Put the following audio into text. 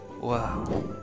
Wow